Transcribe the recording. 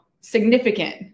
significant